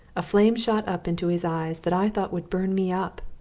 a flame shot up into his eyes that i thought would burn me up,